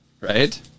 right